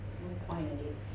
no point adik